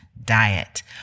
diet